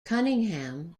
cunningham